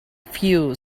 few